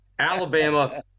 Alabama